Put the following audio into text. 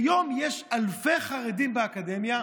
כיום יש אלפי חרדים באקדמיה,